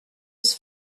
was